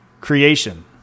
creation